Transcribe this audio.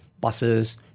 buses